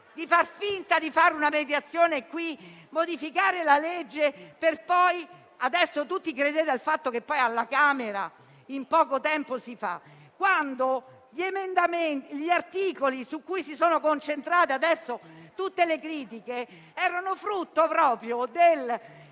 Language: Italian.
di fingere di fare una mediazione in questa sede e modificare la legge. Adesso tutti credete al fatto che poi alla Camera in poco tempo si fa, quando gli articoli su cui si sono concentrate tutte le critiche erano frutto proprio di